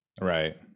Right